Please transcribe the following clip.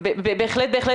בהחלט.